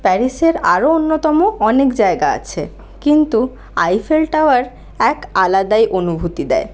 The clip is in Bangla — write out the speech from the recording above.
প্যারিসের আরও অন্যতম অনেক জায়গা আছে কিন্তু আইফেল টাওয়ার এক আলাদাই অনুভুতি দেয়